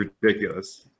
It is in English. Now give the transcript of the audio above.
ridiculous